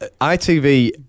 ITV